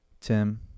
Tim